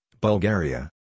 Bulgaria